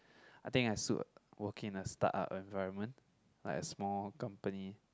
I think I suit working in a start up environment like a small company